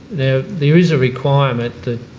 now, there is a requirement that